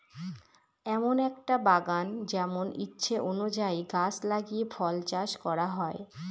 এমন একটা বাগান যেমন ইচ্ছে অনুযায়ী গাছ লাগিয়ে ফল চাষ করা হয়